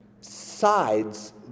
sides